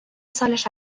سالش